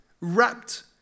wrapped